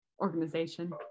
Organization